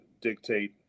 dictate